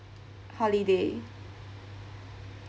holiday